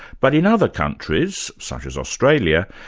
but in other countries, such as australia,